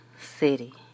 city